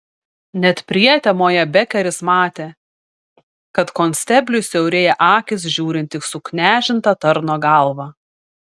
net prietemoje bekeris matė kad konstebliui siaurėja akys žiūrint į suknežintą tarno galvą